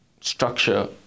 Structure